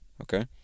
Okay